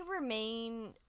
remain